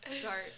start